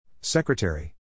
Secretary